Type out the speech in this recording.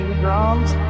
drums